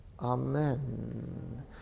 Amen